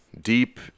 deep